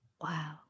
wow